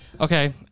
Okay